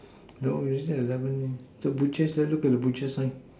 no usually eleven the butcher's there look at the butcher's one